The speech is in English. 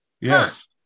Yes